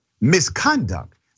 misconduct